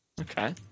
Okay